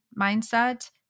mindset